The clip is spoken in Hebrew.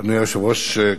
אדוני היושב-ראש,